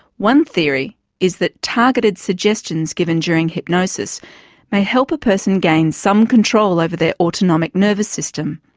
one theory is that targeted suggestions given during hypnosis may help a person gain some control over their autonomic nervous system.